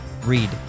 Read